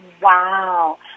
Wow